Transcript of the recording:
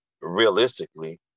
realistically